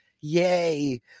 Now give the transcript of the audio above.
yay